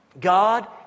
God